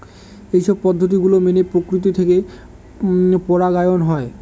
এইসব পদ্ধতি গুলো মেনে প্রকৃতি থেকে পরাগায়ন হয়